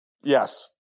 Yes